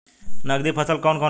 नकदी फसल कौन कौनहोखे?